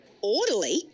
Orderly